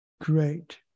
Great